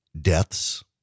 Deaths